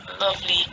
lovely